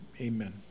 Amen